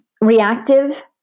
reactive